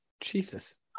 Jesus